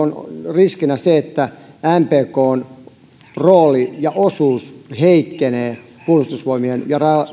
riskinä se että mpkn rooli ja osuus heikkenee puolustusvoimien ja rajavartiolaitoksen